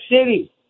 City